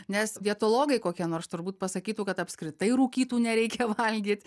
nes dietologai kokie nors turbūt pasakytų kad apskritai rūkytų nereikia valgyt